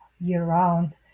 year-round